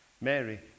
Mary